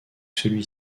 celui